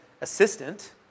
assistant